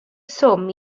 swm